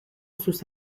sus